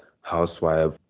housewife